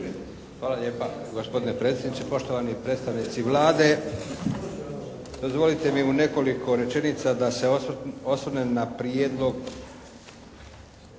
Hvala lijepa gospodine predsjedniče. Poštovani predstavnici Vlade. Dozvolite mi u nekoliko rečenica da se osvrnem na Prijedlog